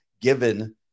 given